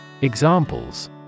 Examples